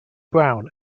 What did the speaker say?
brown